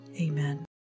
Amen